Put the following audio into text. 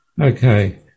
Okay